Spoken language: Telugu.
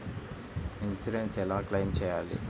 ఇన్సూరెన్స్ ఎలా క్లెయిమ్ చేయాలి?